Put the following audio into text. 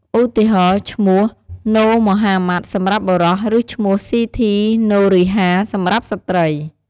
ឧទាហរណ៍ ឈ្មោះ ណូ ម៉ូហាម៉ាត់ សម្រាប់បុរស ឬ ឈ្មោះ ស៊ីធី ណូរីហា សម្រាប់ស្ត្រី។